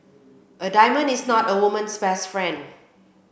a diamond is not a woman's best friend